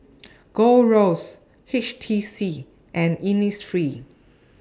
Gold Roast H T C and Innisfree